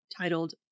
titled